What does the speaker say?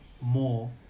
more